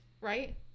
right